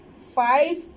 five